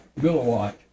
milliwatt